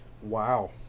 wow